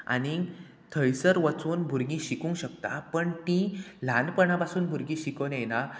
आनी थंयसर वचून भुरगीं शिकूंक शकता पण तीं ल्हानपणा पासून भुरगीं शिकून येना